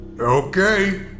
Okay